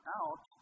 out